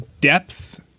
depth